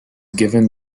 given